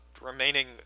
remaining